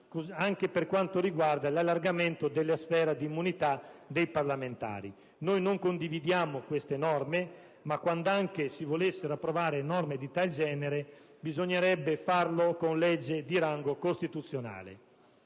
anche per quanto riguarda l'allargamento della sfera di immunità dei parlamentari. Noi non condividiamo norme di tal genere, ma, quand'anche si volessero approvare, bisognerebbe farlo con legge di rango costituzionale.